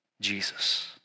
Jesus